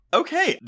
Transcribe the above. okay